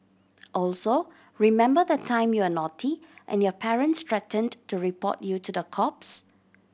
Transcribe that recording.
also remember the time you were naughty and your parents threatened to report you to the cops